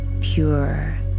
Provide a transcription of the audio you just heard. pure